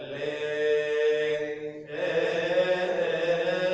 a